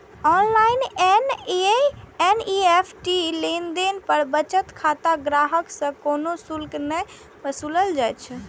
online NEFT लेनदेन पर बचत खाता ग्राहक सं कोनो शुल्क नै वसूलल जाइ छै